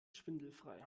schwindelfrei